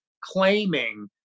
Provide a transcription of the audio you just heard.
claiming